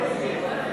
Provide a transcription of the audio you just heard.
התיירות